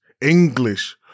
English